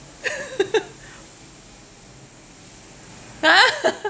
!huh!